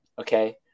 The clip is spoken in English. okay